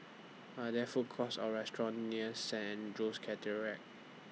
Are There Food Courts Or restaurants near Saint Andrew's Cathedral